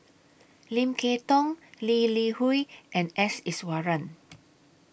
Lim Kay Tong Lee Li Hui and S Iswaran